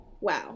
Wow